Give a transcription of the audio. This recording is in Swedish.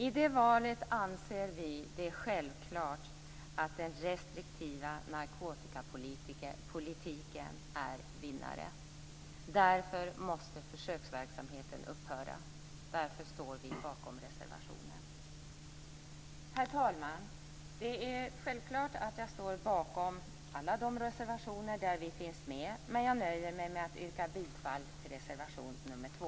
I det valet anser vi det självklart att den restriktiva narkotikapolitiken är vinnaren. Därför måste försöksverksamheten upphöra. Därför står vi bakom reservationen. Herr talman! Självfallet står jag bakom alla de reservationer där vi finns med, men jag nöjer mig med att yrka bifall till reservation 2.